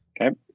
Okay